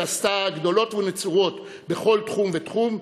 שעשתה גדולות ונצורות בכל תחום ותחום,